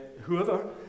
whoever